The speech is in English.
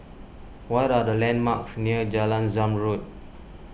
what are the landmarks near Jalan Zamrud